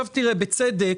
בצדק